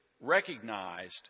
recognized